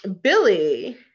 billy